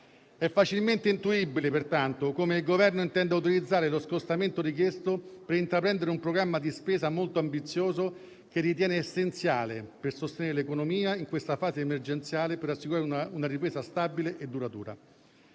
È facilmente intuibile, pertanto, come il Governo intenda utilizzare lo scostamento richiesto per intraprendere un programma di spesa molto ambizioso, che ritiene essenziale per sostenere l'economia in questa fase emergenziale e per assicurare una ripresa stabile e duratura.